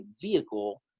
vehicle